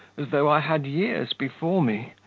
as though i had years before me.